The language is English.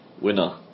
Winner